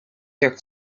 their